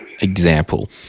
example